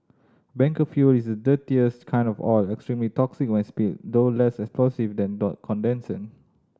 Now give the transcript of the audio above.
bunker fuel is dirtiest kind of oil extremely toxic when spilled though less explosive than the condensate